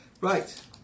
Right